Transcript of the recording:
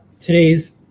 today's